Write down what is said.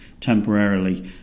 temporarily